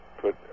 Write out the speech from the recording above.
put